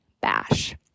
bash